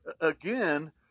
again